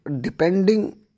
depending